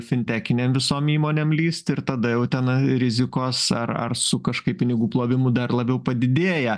fintekinėm visom įmonėm lįst ir tada jau tenai rizikos ar ar su kažkaip pinigų plovimu dar labiau padidėja